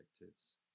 objectives